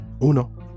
Uno